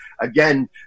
Again